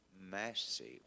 massive